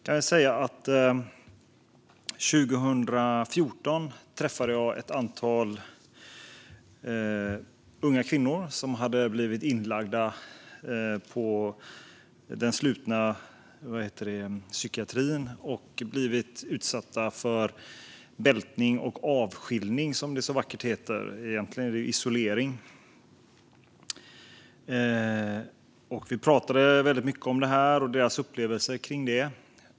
År 2014 träffade jag ett antal unga kvinnor som hade blivit inlagda på den slutna psykiatrin och blivit utsatta för bältning och avskiljning, som det så vackert heter, fast det egentligen är isolering. Vi pratade väldigt mycket om detta och om deras upplevelser kring det.